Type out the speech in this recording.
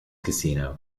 casino